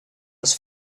was